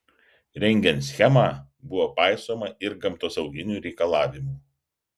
rengiant schemą buvo paisoma ir gamtosauginių reikalavimų